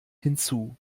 hinzu